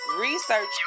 research